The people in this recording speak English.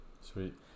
Sweet